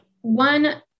one